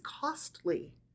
costly